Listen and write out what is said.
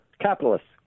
capitalists